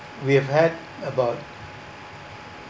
we've had about